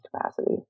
capacity